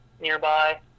nearby